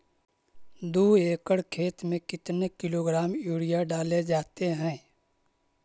दू एकड़ खेत में कितने किलोग्राम यूरिया डाले जाते हैं?